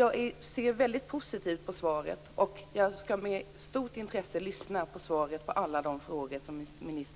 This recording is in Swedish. Jag ser alltså mycket positivt på svaret och jag skall med stort intresse lyssna på justitieministerns svar på alla de frågor som